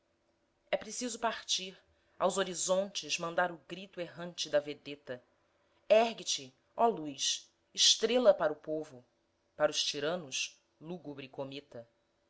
é preciso partir aos horizontes mandar o grito errante da vedeta ergue-te ó luz estrela para o povo para os tiranos lúgubre cometa